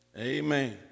Amen